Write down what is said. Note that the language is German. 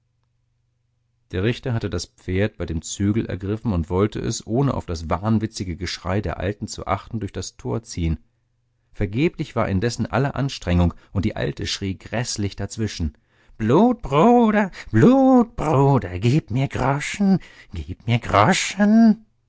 der richter hatte das pferd bei dem zügel ergriffen und wollte es ohne auf das wahnwitzige geschrei der alten zu achten durch das tor ziehen vergeblich war indessen alle anstrengung und die alte schrie gräßlich dazwischen blutbruder blutbruder gib mir groschen gib mir groschen